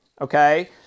okay